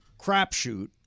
crapshoot